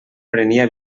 prenia